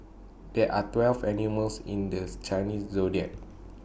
there are twelve animals in The S Chinese Zodiac